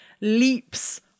leaps